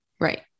Right